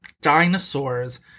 dinosaurs